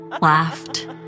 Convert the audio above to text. laughed